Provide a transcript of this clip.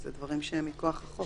אלה דברים שהם מכוח החוק.